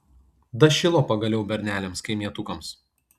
dašilo pagaliau berneliams kaimietukams